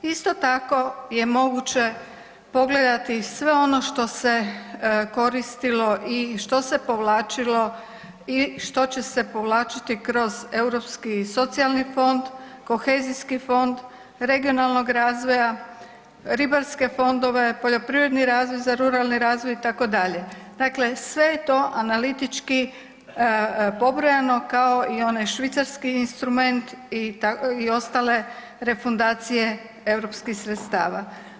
Isto tako, je moguće pogledati sve ono što se koristilo i što se povlačilo i što će se povlačiti kroz Europski socijalni fond, Kohezijski fond regionalnog razvoja, ribarske fondove, poljoprivredni razvoj, za ruralni razvoj, itd., dakle sve je to analitički pobrojano kao i onaj švicarski instrument i ostale refundacije europskih sredstava.